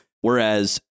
whereas